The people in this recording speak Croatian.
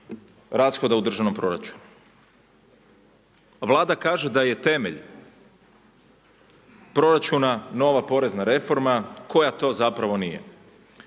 rashoda u državnom proračunu. Vlada kaže da je temelj proračuna nova porezna reforma koja to zapravo nije.